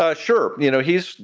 ah sure. you know, he's,